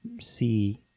see